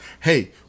Hey